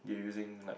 they were using like